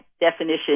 definition